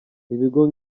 ibigo